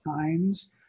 times